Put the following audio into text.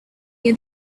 near